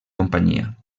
companyia